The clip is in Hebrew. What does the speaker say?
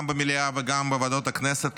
גם במליאה וגם בוועדות הכנסת,